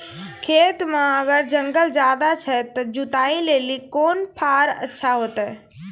खेत मे अगर जंगल ज्यादा छै ते जुताई लेली कोंन फार अच्छा होइतै?